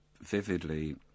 vividly